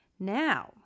Now